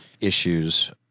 issues